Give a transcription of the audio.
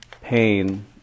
pain